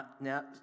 Now